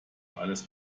alles